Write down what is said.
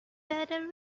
better